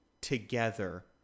together